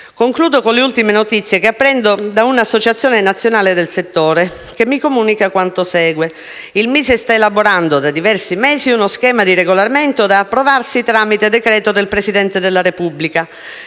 Concludo con le ultime notizie che apprendo da una associazione nazionale del settore, che comunica quanto segue: «Il MISE sta elaborando, da diversi mesi, uno schema di regolamento da approvarsi tramite decreto dei Presidente della Repubblica